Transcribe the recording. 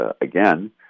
again